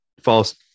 false